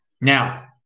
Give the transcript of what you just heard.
now